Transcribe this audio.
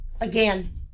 Again